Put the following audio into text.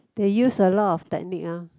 they use a lot of technique uh